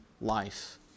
life